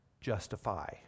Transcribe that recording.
justify